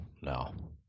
no